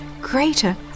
greater